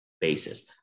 basis